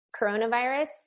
coronavirus